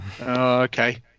Okay